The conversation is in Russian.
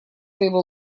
своего